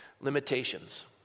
limitations